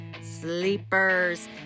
Sleepers